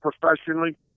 professionally